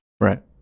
Right